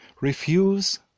Refuse